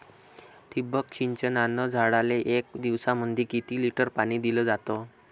ठिबक सिंचनानं झाडाले एक दिवसामंदी किती लिटर पाणी दिलं जातं?